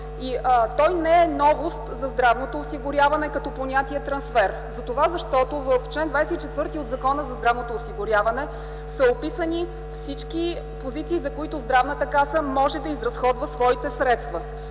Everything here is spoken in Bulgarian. той не е новост за здравното осигуряване като понятие „трансфер”, защото в чл. 24 от Закона за здравното осигуряване са описани всички позиции, за които Здравната каса може да изразходва своите средства,